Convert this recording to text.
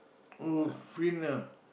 oh free ah